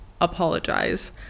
apologize